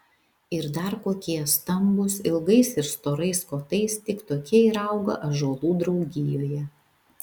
ir dar kokie stambūs ilgais ir storais kotais tik tokie ir auga ąžuolų draugijoje